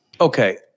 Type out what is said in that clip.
Okay